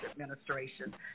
administration